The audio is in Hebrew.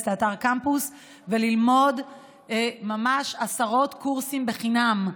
לאתר "קמפוס" וללמוד ממש עשרות קורסים חינם,